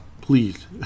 Please